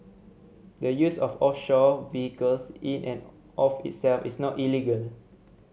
the use of offshore vehicles in and of itself is not illegal